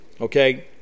okay